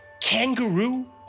kangaroo